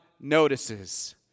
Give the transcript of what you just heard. notices